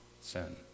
sin